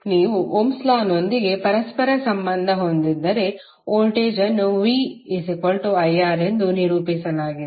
ನೀವು ಓಮ್ಸ್ ಲಾನೊಂದಿಗೆOhms law ಪರಸ್ಪರ ಸಂಬಂಧ ಹೊಂದಿದ್ದರೆ ವೋಲ್ಟೇಜ್ ಅನ್ನು viR ಎಂದು ನಿರೂಪಿಸಲಾಗಿದೆ